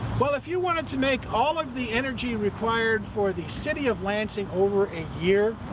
well, if you wanted to make all of the energy required for the city of lansing over a year?